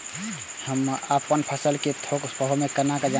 हम अपन फसल कै थौक भाव केना जानब?